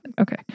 Okay